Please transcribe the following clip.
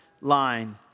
line